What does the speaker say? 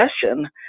discussion